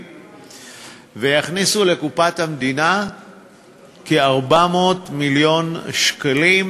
ויכניס לקופת המדינה כ-400 מיליון שקלים,